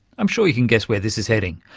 i'm sure you can guess where this is heading.